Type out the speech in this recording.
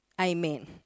Amen